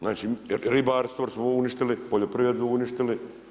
Znači ribarstvo smo uništili, poljoprivredu uništili.